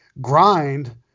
grind